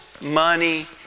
money